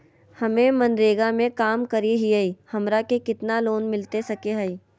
हमे मनरेगा में काम करे हियई, हमरा के कितना लोन मिलता सके हई?